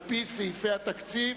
על-פי סעיפי התקציב,